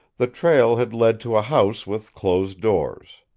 the trail had led to a house with closed doors.